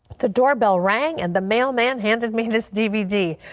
the doorbell rang and the man man handed me this dvd.